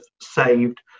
saved